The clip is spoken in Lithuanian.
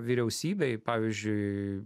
vyriausybėj pavyzdžiui